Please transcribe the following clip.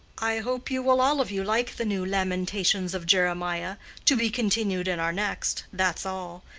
i hope you will all of you like the new lamentations of jeremiah to be continued in our next' that's all,